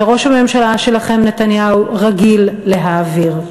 שראש הממשלה שלכם נתניהו רגיל להעביר.